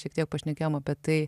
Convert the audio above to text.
šiek tiek pašnekėjom apie tai